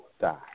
die